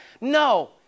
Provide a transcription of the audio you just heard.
No